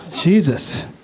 Jesus